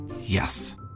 Yes